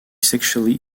sexually